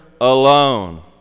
alone